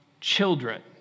children